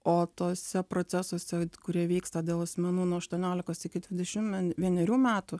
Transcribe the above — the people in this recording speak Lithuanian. o tuose procesuose kurie vyksta dėl asmenų nuo aštuoniolikos iki dvidešim vienerių metų